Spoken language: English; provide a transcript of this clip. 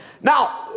Now